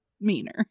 meaner